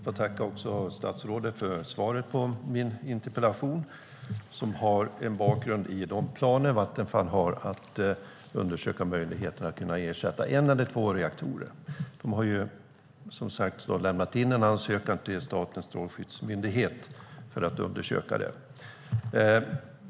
Herr talman! Jag tackar statsrådet för svaret på min interpellation. Den har en bakgrund i de planer Vattenfall har att undersöka möjligheterna att ersätta en eller två reaktorer. Man har som sagt lämnat in en ansökan till Strålsäkerhetsmyndigheten om att undersöka det.